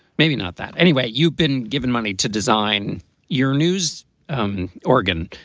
maybe not that anyway. you've been given money to design your news um organ.